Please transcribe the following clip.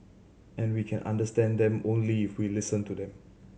and we can understand them only if we listen to them